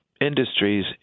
Industries